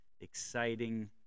exciting